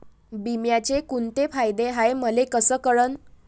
बिम्याचे कुंते फायदे हाय मले कस कळन?